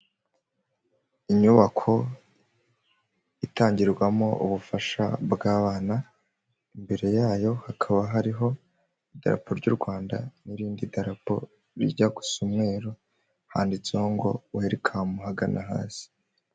Inyubako itangirwamo ubufasha bw'abana, imbere yayo hakaba hariho idarapo ry'u Rwanda n'irindi darapo rijya gusa umweru, handitseho ngo werikamu ahagana hasi.